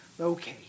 Okay